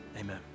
amen